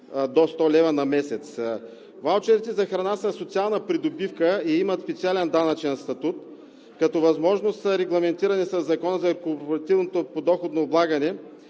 до 100 лв. на месец. Ваучерите за храна са социална придобивка и имат специален данъчен статут. Като възможност са регламентирани със Закона за корпоративното подоходно облагане